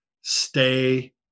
stay